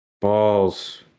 Balls